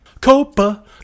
Copa